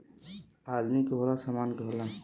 आदमी के होला, सामान के होला